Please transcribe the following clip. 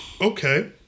Okay